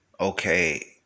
Okay